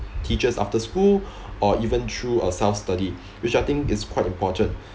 teachers after school or even through uh self study which I think is quite important